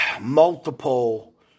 multiple